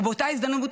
ובאותה הזדמנות,